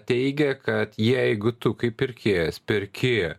teigia kad jeigu tu kaip pirkėjas perki